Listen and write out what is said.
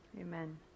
Amen